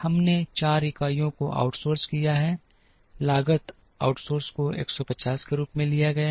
हमने 4 इकाइयों को आउटसोर्स किया है लागत आउटसोर्सिंग को 150 के रूप में लिया गया है